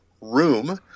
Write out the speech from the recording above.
Room